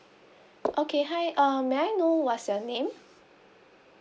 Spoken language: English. okay hi uh may I know what's your name